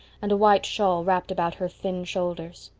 and a white shawl wrapped about her thin shoulders.